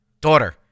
daughter